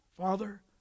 Father